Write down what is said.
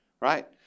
right